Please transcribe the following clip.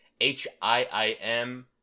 H-I-I-M